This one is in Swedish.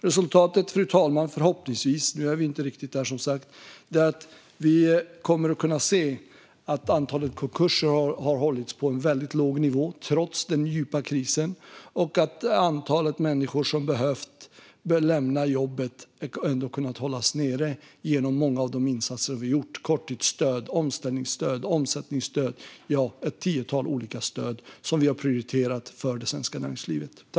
Resultatet, fru talman, är förhoppningsvis - nu är vi inte riktigt där, som sagt - att vi kommer att kunna se att antalet konkurser har hållits på en väldigt låg nivå trots den djupa krisen och att antalet människor som behövt lämna jobbet ändå har kunnat hållas nere genom många av de insatser vi gjort, som korttidsstöd, omställningsstöd och omsättningsstöd. Vi har prioriterat ett tiotal olika stöd för det svenska näringslivet.